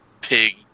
pig